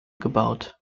gebaut